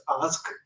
ask